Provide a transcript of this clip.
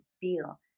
feel